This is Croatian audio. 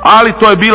ali to je bio